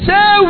Say